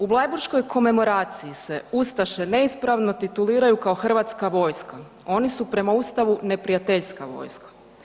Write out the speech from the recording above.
U bleiburškoj komemoraciji se ustaše neispravno tituliraju kao hrvatska vojska, oni su prema Ustavu neprijateljska vojska.